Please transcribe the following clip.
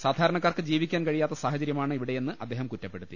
സാധാ രണക്കാർക്ക് ജീവിക്കാൻ കഴിയാത്ത സാഹചര്യമാണ് ഇവിടെ യെന്ന് അദ്ദേഹം കുറ്റപ്പെടുത്തി